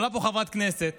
עולה פה חברת כנסת